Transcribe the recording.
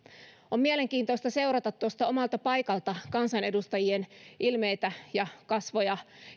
on mielenkiintoista seurata tuosta omalta paikalta kansanedustajien ilmeitä ja kasvoja